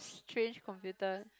change computer